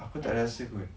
aku tak rasa kot